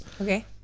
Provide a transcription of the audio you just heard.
okay